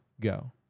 go